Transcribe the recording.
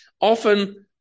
often